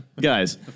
Guys